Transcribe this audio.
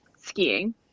skiing